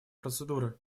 процедуры